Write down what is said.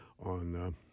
on